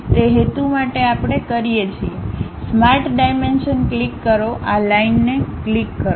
તે હેતુ માટે આપણે કરીએ છીએ સ્માર્ટ ડાયમેન્શન ક્લિક કરો આ લાઇનને ક્લિક કરો